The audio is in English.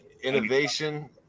innovation